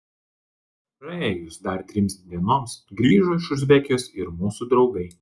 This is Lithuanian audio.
praėjus dar trims dienoms grįžo iš uzbekijos ir mūsų draugai